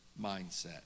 mindset